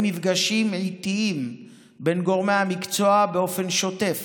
מפגשים עיתיים בין גורמי המקצוע באופן שוטף,